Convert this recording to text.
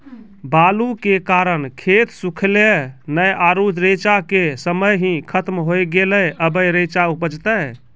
बालू के कारण खेत सुखले नेय आरु रेचा के समय ही खत्म होय गेलै, अबे रेचा उपजते?